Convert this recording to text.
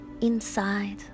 inside